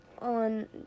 On